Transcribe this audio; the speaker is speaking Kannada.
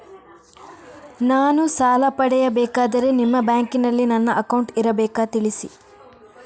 ನಾನು ಸಾಲ ಪಡೆಯಬೇಕಾದರೆ ನಿಮ್ಮ ಬ್ಯಾಂಕಿನಲ್ಲಿ ನನ್ನ ಅಕೌಂಟ್ ಇರಬೇಕಾ ತಿಳಿಸಿ?